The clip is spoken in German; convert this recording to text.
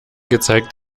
gezeigt